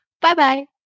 Bye-bye